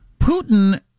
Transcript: Putin